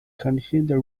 continued